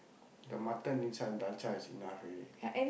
the mutton inside the dalcha is enough already